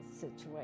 situation